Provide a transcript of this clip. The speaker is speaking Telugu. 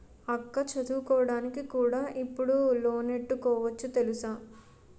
అక్కా చదువుకోడానికి కూడా ఇప్పుడు లోనెట్టుకోవచ్చు తెలుసా?